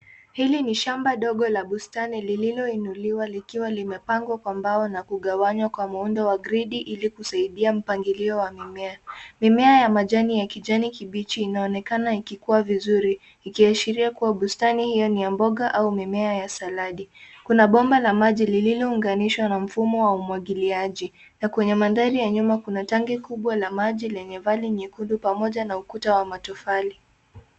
Hili ni shamba ndogo la bustani lililoinuliwa likiwa limepangwa kwa mbao na limegawanywa kwa muundo wa gridi ili kusaidia mpangilio wa mimea. Mimea ya majani ya kijani kibichi inaonekana ikikua vizuri ikiashiria kuwa bustani hiyo ni ya mboga au mimea ya saladi. Kuna bomba la maji lililounganishwa na mfumo wa umwagiliaji na kwenye mandhari ya nyuma kuna tangi kubwa la maji lenye valve nyekundu pamoja na ukuta wa matofali.